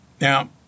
Now